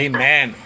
Amen